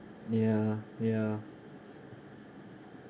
ya ya